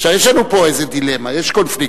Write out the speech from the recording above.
יש לנו פה איזה דילמה, יש קונפליקט.